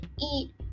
eat